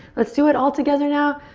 let's do it all together now.